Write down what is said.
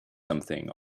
something